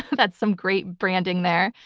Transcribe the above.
that's some great branding there.